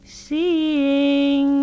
seeing